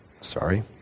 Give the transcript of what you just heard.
sorry